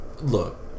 look